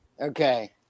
Okay